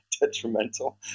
detrimental